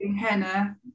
henna